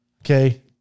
okay